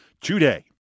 today